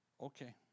okay